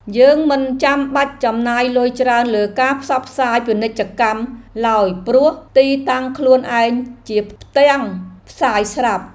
យើងមិនចាំបាច់ចំណាយលុយច្រើនលើការផ្សព្វផ្សាយពាណិជ្ជកម្មឡើយព្រោះទីតាំងខ្លួនឯងជាផ្ទាំងផ្សាយស្រាប់។